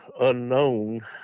unknown